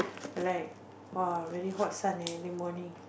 like !wow! very hot sun eh every morning